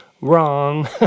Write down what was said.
Wrong